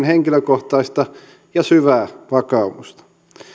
henkilökohtaista ja syvää vakaumustaan